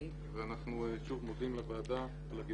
ואנחנו שוב מודים לוועדה על הגיבוי שניתן.